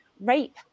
rape